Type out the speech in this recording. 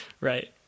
Right